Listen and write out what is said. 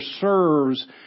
serves